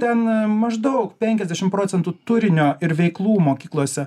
ten maždaug penkiasdešimt procentų turinio ir veiklų mokyklose